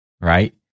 right